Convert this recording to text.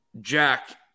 Jack